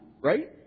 right